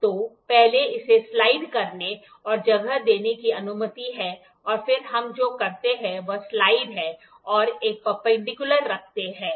तो पहले इसे स्लाइड करने और जगह देने की अनुमति है और फिर हम जो करते हैं वह स्लाइड है और एक परपेंडिकुलर रखते है